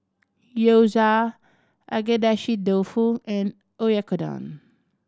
Gyoza Agedashi Dofu and Oyakodon